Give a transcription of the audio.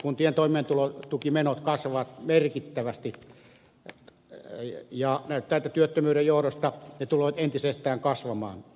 kuntien toimeentulotukimenot kasvavat merkittävästi ja näyttää siltä että työttömyyden johdosta ne tulevat entisestään kasvamaan